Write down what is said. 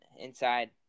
inside